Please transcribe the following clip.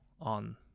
on –